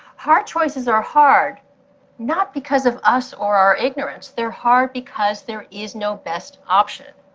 hard choices are hard not because of us or our ignorance they're hard because there is no best option.